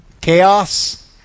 Chaos